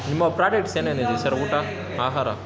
ನಿಮ್ಮ ಪ್ರಾಡಕ್ಟ್ಸ್ ಏನೇನಿದೆ ಸರ್ ಊಟ ಆಹಾರ